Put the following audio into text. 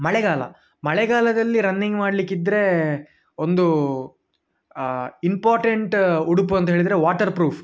ಮಳೆಗಾಲ ಮಳೆಗಾಲದಲ್ಲಿ ರನ್ನಿಂಗ್ ಮಾಡ್ಲಿಕ್ಕಿದ್ರೆ ಒಂದು ಇಂಪಾಟೆಂಟ್ ಉಡುಪು ಅಂತ ಹೇಳಿದರೆ ವಾಟರ್ ಪ್ರೂಫ್